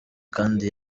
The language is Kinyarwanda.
kandi